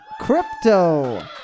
Crypto